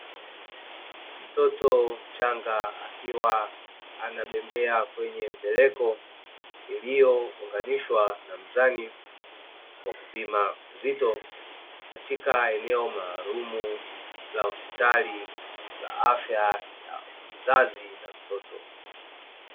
Mtoto mchanga akiwa anabembea kwenye mbeleko, iliyounganishwa na mzani wa kupima uzito, katika eneo maalumu la hospitali la afya ya mzazi na mtoto.